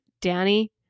Danny